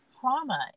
trauma